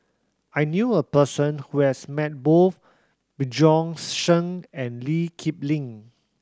I knew a person who has met both Bjorn Shen and Lee Kip Lin